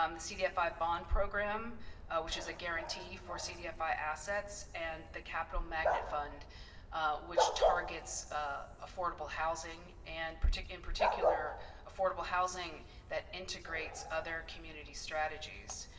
um the cdfi bond program which is a guarantee for cdfi assets, and the capital magnet fund which targets affordable housing and in particular affordable housing that integrates other community strategies.